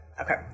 Okay